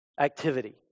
activity